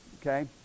Okay